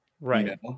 Right